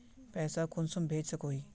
पैसा कुंसम भेज सकोही?